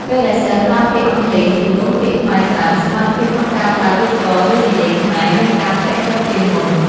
ពេលដែលសិស្សប្រើពាក្យអង់គ្លេសជំនួសពាក្យខ្មែរច្រើន សមត្ថភាពក្នុងការប្រើវេយ្យាករណ៍ឫនិយាយខ្មែរមានការធ្លាក់ចុះជាងមុន។